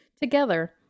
together